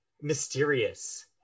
mysterious